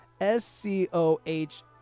S-C-O-H